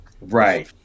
Right